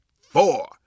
four